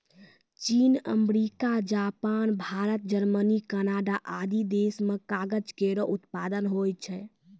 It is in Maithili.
चीन, America, Japan, Bharat, Germany, Canada आदि देस म कागज केरो उत्पादन होय छै